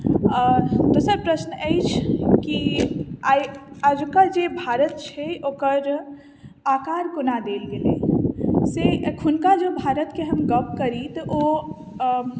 दोसर प्रश्न अछि कि आइ अजुका जे भारत छै ओकर आकार कोना देल गेल अइ से एखुनका जे भारतके हम गप्प करी तऽ ओ